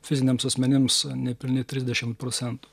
fiziniams asmenims nepilni trisdešimt procentų